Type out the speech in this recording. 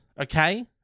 okay